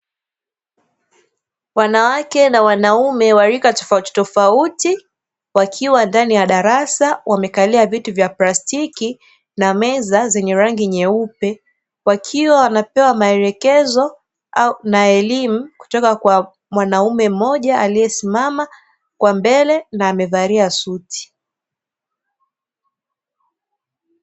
Wanawake na wanaume wa rika tofautitofauti, wakiwa ndani ya darasa wamekalia viti vya plastiki na meza zenye rangi nyeupe, wakiwa wanapewa maelekezo na elimu kutoka kwa mwanaume mmoja aliesimama kwa mbele na amevalia suti.